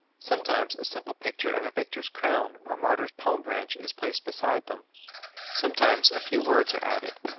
sometimes a simple picture of a victor's crown or martyr's palm-branch is placed beside them sometimes a few words are added.